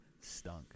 stunk